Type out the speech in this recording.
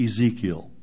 Ezekiel